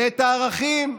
ואת הערכים,